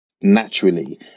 naturally